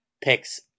picks